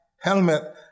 Helmet